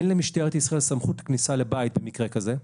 אין למשטרת ישראל סמכות כניסה לבית במקרה כזה.